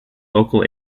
local